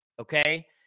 okay